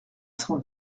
cent